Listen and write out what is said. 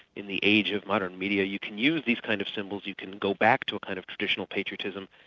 in the age of modern media, you can use these kind of symbols, you can go back to a kind of traditional patriotism,